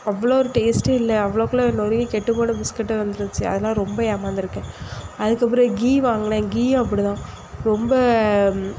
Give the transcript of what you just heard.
அவ்வளோ ஒரு டேஸ்ட்டே இல்லை அவ்ளோக்கு எல்லாம் நொறுங்கி கெட்டுப்போன பிஸ்கட்டு வந்துருந்துச்சு அதெலாம் ரொம்ப ஏமாந்து இருக்கேன் அதுக்கு பிறகு கீ வாங்கினேன் கீயும் அப்படி தான் ரொம்ப